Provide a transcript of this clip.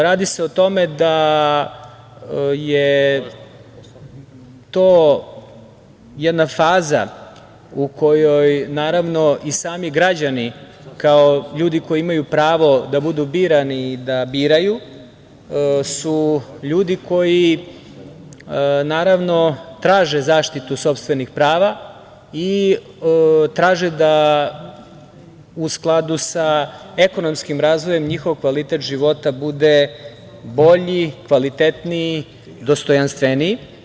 Radi se o tome da je to jedna faza u kojoj i sami građani, kao ljudi koji imaju pravo da budu birani i da biraju, su ljudi koji traže zaštitu sopstvenih prava i traže u skladu sa ekonomskim razvojem njihov kvalitet života bude bolji, kvalitetniji, dostojanstveniji.